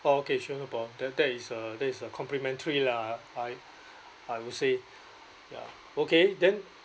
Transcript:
oh okay sure no problem that that is a that is a complimentary lah I I would say ya okay then